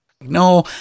no